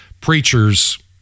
preachers